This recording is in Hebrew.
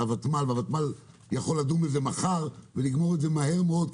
הוותמ"ל יכול לדון בזה מחר ולגמור את זה מהר מאוד,